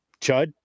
Chud